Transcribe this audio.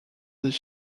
des